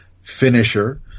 finisher